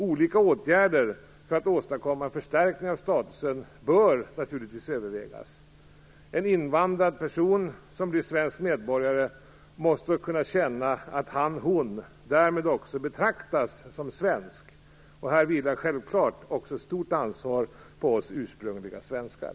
Olika åtgärder för att åstadkomma en förstärkning av statusen bör naturligtvis övervägas. En invandrad person som blir svensk medborgare måste kunna känna att han/hon därmed också betraktas som svensk. Här vilar självklart också ett stort ansvar på oss ursprungliga svenskar.